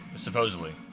Supposedly